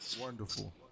Wonderful